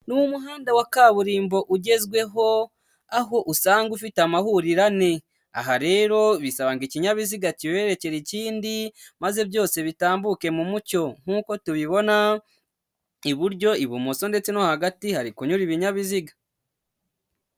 Ni umuhanda wa kaburimbo ugezweho, aho usanga ufite amahuriro ane. Aha rero bisaba ngo ikinyabiziga kibererekere ikindi maze byose bitambuke mu mucyo. Nk’uko tubibona, iburyo, ibumoso ndetse no hagati hari kunyura ibinyabiziga.